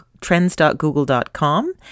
Trends.google.com